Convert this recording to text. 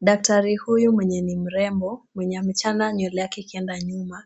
Daktari huyu mwenye ni mrembo, mwenye amechana nywele yake ikienda nyuma